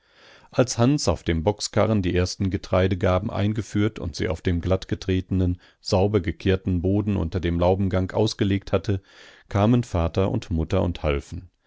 als hans auf dem bockskarren die ersten getreidegarben eingeführt und sie auf dem glattgetretenen sauber gekehrten boden unter dem laubengang ausgelegt hatte kamen vater und mutter und halfen